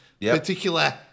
particular